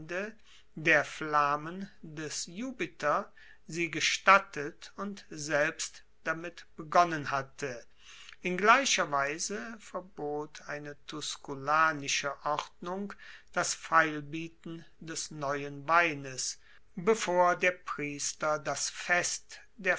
der flamen des jupiter sie gestattet und selbst damit begonnen hatte in gleicher weise verbot eine tusculanische ordnung das feilbieten des neuen weines bevor der priester das fest der